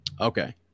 Okay